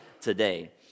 today